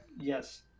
Yes